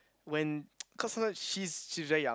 when cause sometimes she's she's very young